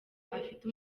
afite